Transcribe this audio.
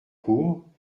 cours